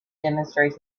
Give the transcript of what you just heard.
demonstrate